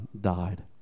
died